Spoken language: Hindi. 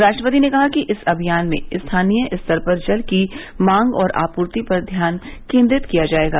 राष्ट्रपति ने कहा कि इस अभियान में स्थानीय स्तर पर जल की मांग और आपूर्ति पर ध्यान केन्द्रित किया जाएगा